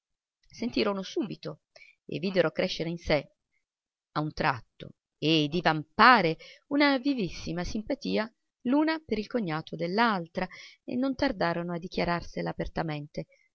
sentirono subito e videro crescere in sé a un tratto e divampare una vivissima simpatia l'una per il cognato dell'altra e non tardarono a dichiararsela apertamente